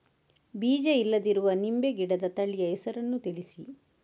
ಬೀಜ ಇಲ್ಲದಿರುವ ನಿಂಬೆ ಗಿಡದ ತಳಿಯ ಹೆಸರನ್ನು ತಿಳಿಸಿ?